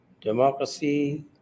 democracy